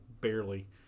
barely